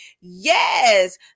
Yes